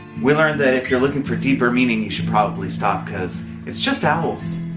we learned that if you're looking for deeper meaning, you should probably stop, cuz, it's just owls.